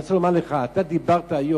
אני רוצה לומר לך, אתה דיברת היום